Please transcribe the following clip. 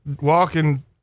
walking